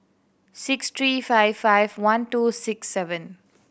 six three five five one two six seven